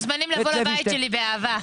הם מוזמנים לבוא לבית שלי, באהבה.